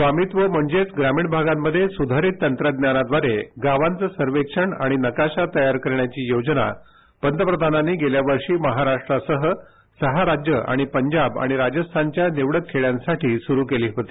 स्वामित्व म्हणजेच ग्रामीण भागांमध्ये सुधारित तंत्रज्ञानाद्वारे गावांचं सर्वेक्षण आणि नकाशा तयार करण्याची योजना पंतप्रधानांनी गेल्या वर्षी महाराष्टासह सहा राज्यं आणि पंजाब आणि राजस्थानच्या निवडक खेडयांसाठी सुरु केली होती